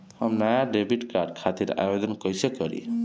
हम नया debit card खातिर आवेदन कईसे करी?